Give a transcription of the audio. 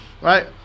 right